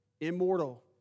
Immortal